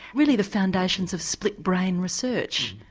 really the foundations of split brain research.